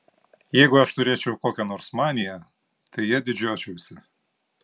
jeigu aš turėčiau kokią nors maniją tai ja didžiuočiausi